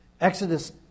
Exodus